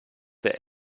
der